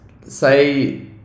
say